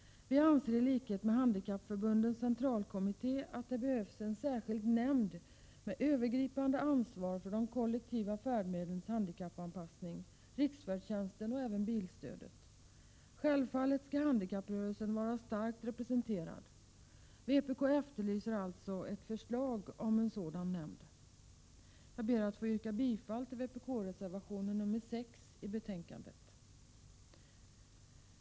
Vi anser i likhet med Handikappförbundens centralkommitté att det behövs en särskild nämnd med övergripande ansvar för de kollektiva färdmedlens handikappanpassning, riksfärdtjänsten och även bilstödet. Självfallet skall handikapprörelsen vara starkt representerad. Vpk efterlyser alltså ett förslag om en sådan nämnd. Jag ber att få yrka bifall till vpk-reservationen, nr 6, i betänkandet.